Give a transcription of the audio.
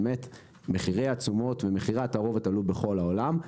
באמת מחירי התשומות ומחירי התערובת עלו בכל העולם,